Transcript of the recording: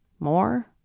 More